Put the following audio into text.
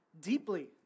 deeply